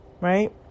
right